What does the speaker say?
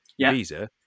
visa